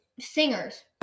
singers